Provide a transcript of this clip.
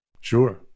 Sure